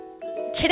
Today